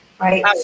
right